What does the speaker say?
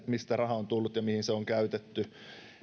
mistä raha on tullut ja mihin se on käytetty